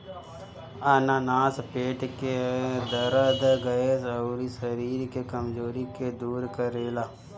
अनानास पेट के दरद, गैस, अउरी शरीर के कमज़ोरी के दूर करेला